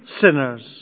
sinners